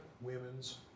women's